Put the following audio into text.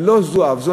ולא זו אף זו,